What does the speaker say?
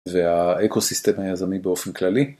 והאקוסיסטם היזמי באופן כללי.